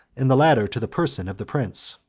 and the latter to the person, of the prince.